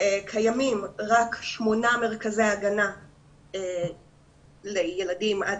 קיימים רק שמונה מרכזי הגנה לילדים עד